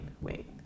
wait